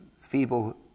feeble